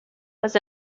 was